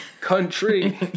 Country